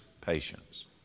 patience